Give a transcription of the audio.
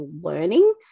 learning